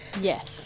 Yes